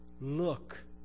look